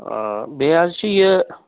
آ بیٚیہِ حظ چھُ یہِ